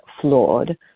flawed